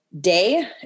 day